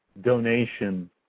donation